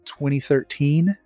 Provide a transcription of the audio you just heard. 2013